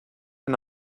and